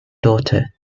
daughter